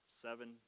Seven